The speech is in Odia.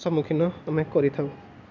ସମ୍ମୁଖୀନ ଆମେ କରିଥାଉ